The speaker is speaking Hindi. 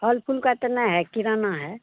फल फूल का तो नहीं है किराना है